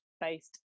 based